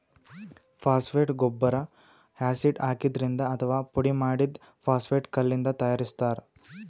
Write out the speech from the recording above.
phosphate ಗೊಬ್ಬರ್ acid ಹಾಕಿದ್ರಿಂದ್ ಅಥವಾ ಪುಡಿಮಾಡಿದ್ದ್ ಫಾಸ್ಫೇಟ್ ಕಲ್ಲಿಂದ್ ತಯಾರಿಸ್ತಾರ್